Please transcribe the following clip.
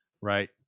right